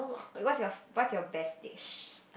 wait what's your what's your best dish